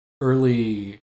early